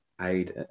aid